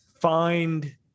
find